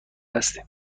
هستیم